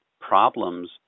problems